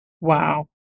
Wow